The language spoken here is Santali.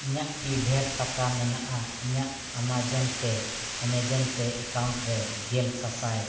ᱤᱧᱟᱹᱜ ᱠᱤ ᱰᱷᱮᱹᱨ ᱴᱟᱠᱟ ᱢᱮᱱᱟᱜᱼᱟ ᱤᱧᱟᱹᱜ ᱟᱢᱟᱡᱚᱱ ᱯᱮ ᱟᱢᱟᱡᱚᱱ ᱯᱮ ᱮᱠᱟᱣᱩᱱᱴ ᱨᱮ ᱜᱮᱞ ᱥᱟᱥᱟᱭ